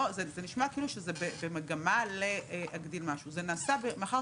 זה נשמע כאילו זה במגמה להגדיל משהו זה נעשה מאחר